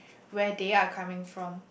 where they are coming from